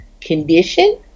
condition